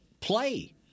play